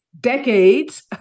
decades